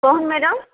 କହନ madam